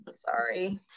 Sorry